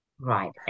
Right